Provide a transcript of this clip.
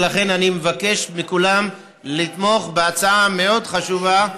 ולכן אני מבקש מכולם לתמוך בהצעה המאוד-חשובה.